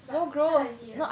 but five ninety right